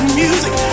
music